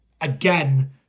again